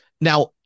now